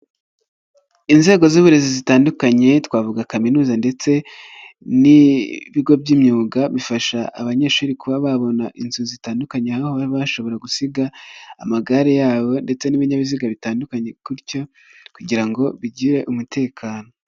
Inzego z'uburezi zitandukanye, twavuga kaminuza ndetse n'ibigo by'imyuga, bifasha abanyeshuri kuba babona inzu zitandukanye aho bashobora gusiga amagare yabo, ndetse n'ibinyabiziga bitandukanye gutyo, kugira ngo bigire umutekano.